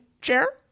chair